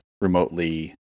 remotely